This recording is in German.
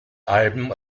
alben